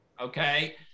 okay